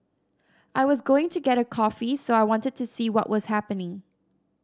I was going to get a coffee so I wanted to see what was happening